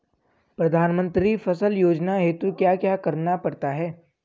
प्रधानमंत्री फसल योजना हेतु क्या क्या करना पड़ता है?